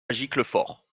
giclefort